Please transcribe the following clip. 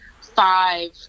five